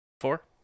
Four